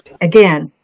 again